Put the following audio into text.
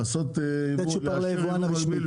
לתת צ'ופר ליבואן הרשמי.